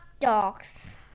Dogs